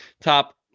top